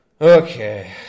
Okay